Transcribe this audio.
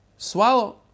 Swallow